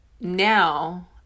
now